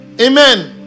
amen